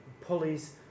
pulleys